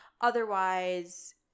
otherwise